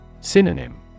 Synonym